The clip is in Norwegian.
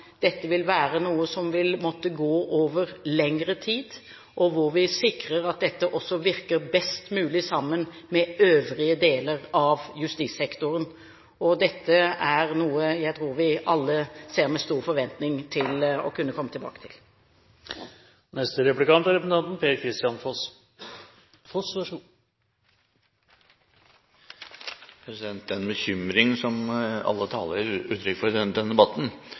Dette vil være noe som vil måtte gå over lengre tid, og hvor vi sikrer at dette også virker best mulig sammen med øvrige deler av justissektoren. Dette er noe jeg tror vi alle med stor forventning ser fram til å kunne komme tilbake til.